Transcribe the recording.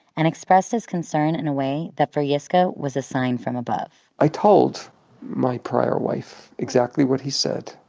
and expressed his concern in a way that for yiscah was a sign from above i told my prior wife exactly what he said.